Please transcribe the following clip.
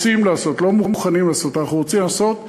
רוצים לעשות, לא מוכנים לעשות, אנחנו רוצים לעשות.